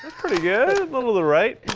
pretty good, little to the right.